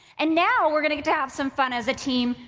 and now we are gonna get to have some fun as team,